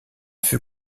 fut